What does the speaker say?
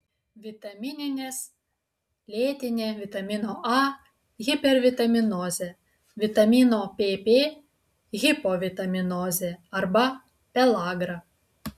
vitamininės lėtinė vitamino a hipervitaminozė vitamino pp hipovitaminozė arba pelagra